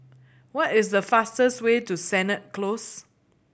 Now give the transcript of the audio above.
what is the fastest way to Sennett Close